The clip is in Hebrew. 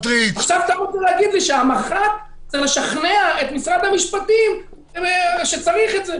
עכשיו תאמרו לי שהמח"ט ישכנע את משרד המשפטים שצריך את זה.